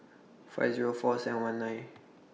five Zero four seven one nine